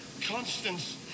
Constance